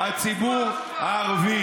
הוא היה בוחר לענות בנפרד,